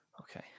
okay